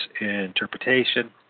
interpretation